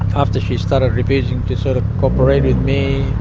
after she started refusing to sort of co-operate with me,